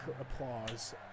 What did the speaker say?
applause